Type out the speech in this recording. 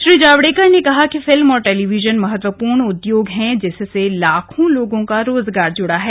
श्री जावड़ेकर ने कहा कि फिल्म और टेलीविजन महत्वपूर्ण उद्योग है जिससे लाखों लोगों का रोजगार जुड़ा है